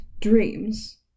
dreams